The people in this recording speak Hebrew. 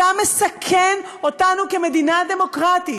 אתה מסכן אותנו כמדינה דמוקרטית.